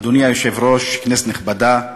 אדוני היושב-ראש, כנסת נכבדה,